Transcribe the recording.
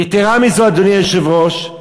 יתרה מזאת, אדוני היושב-ראש,